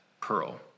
pearl